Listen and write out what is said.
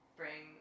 bring